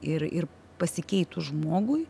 ir ir pasikeitus žmogui